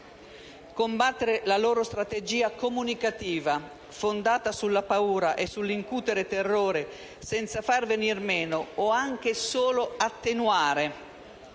Combattere la loro strategia comunicativa fondata sulla paura e sull'incutere terrore, senza far venir meno o anche solo attenuare